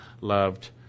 loved